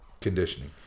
conditioning